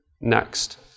Next